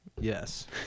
Yes